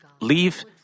leave